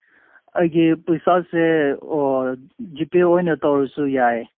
ꯑꯩꯒꯤ ꯄꯩꯁꯥꯁꯦ ꯑꯣ ꯖꯤꯄꯦ ꯑꯣꯏꯅ ꯇꯧꯔꯁꯨ ꯌꯥꯏ